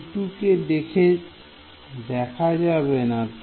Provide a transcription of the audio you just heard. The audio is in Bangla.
U2 কে দেখা যাবে না